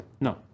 No